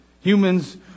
Humans